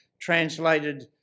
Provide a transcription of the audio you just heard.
translated